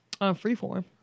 Freeform